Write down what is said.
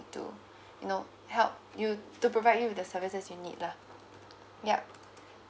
to you know help you to provide you with the services you need lah yup